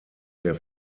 der